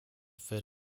fit